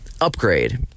upgrade